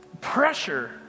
pressure